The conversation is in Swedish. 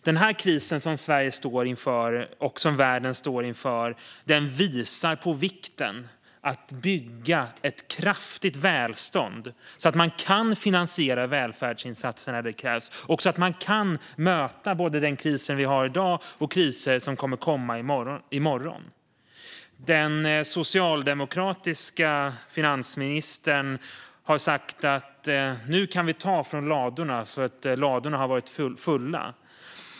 Den kris som Sverige och världen står inför visar på vikten av att bygga ett kraftigt välstånd, så att man kan finansiera välfärdsinsatser när det krävs och möta både den kris vi har i dag och kriser som kommer att komma i morgon. Den socialdemokratiska finansministern har sagt att vi nu kan ta från ladorna, eftersom ladorna har varit fulla.